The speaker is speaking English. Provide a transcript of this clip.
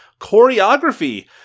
choreography